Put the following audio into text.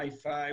מיי פייב,